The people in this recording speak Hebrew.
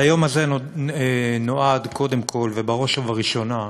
אז היום הזה נועד קודם כול, בראש ובראשונה,